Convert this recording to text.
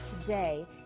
today